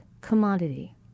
commodity